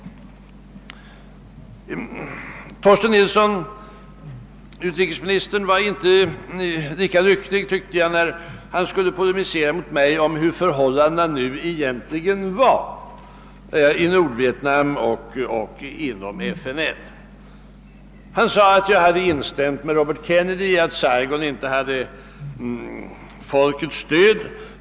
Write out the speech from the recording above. Utrikesministern var enligt min uppfattning inte lika lycklig när han skulle polemisera mot mig om hurdana förhållandena egentligen var i Nordvietnam och inom FNL. Han sade att jag hade instämt med Robert Kennedy i att Saigon inte hade folkets stöd.